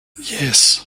yes